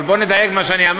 אבל בוא נדייק במה שאמרתי.